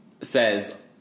says